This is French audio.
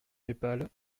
népal